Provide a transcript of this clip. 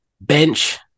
bench